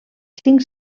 cinc